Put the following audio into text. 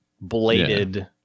bladed